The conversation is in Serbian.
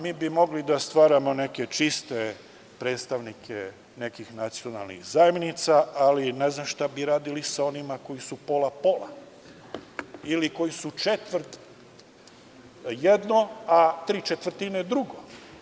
Mi bi mogli da stvaramo neke čiste predstavnike nekih nacionalnih zajednica, ali ne znam šta bi radili sa onima koji su pola, pola, ili koji su četvrt jedno, a tri četvrtine drugo.